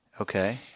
Okay